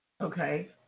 Okay